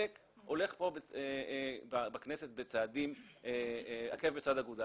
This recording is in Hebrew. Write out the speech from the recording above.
המחוקק הולך בכנסת עקב בצד אגודל.